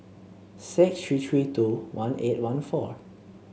six three three two one eight one four